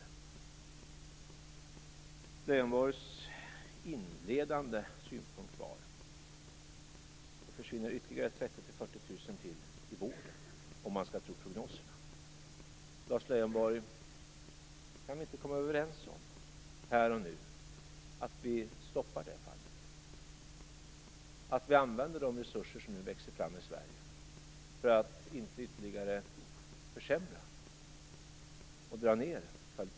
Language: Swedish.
Leijonborgs inledande synpunkt var att det försvinner ytterligare 30 000-40 000 människor i vården - om man skall tro prognoserna. Kan vi inte komma överens om, Lars Leijonborg, här och nu, att vi stoppar detta? Vi skall använda de resurser som växer fram i Sverige för att inte ytterligare försämra och dra ned på kvaliteten.